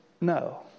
no